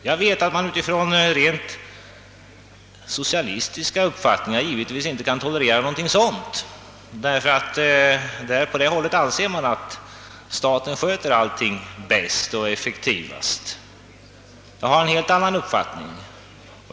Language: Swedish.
Jag vet att man från rent socialistiska uppfattningar hittills inte kunnat tolerera något sådant, ty på det hållet anser man att staten sköter allting bäst och effektivast. Jag har en helt annan uppfattning.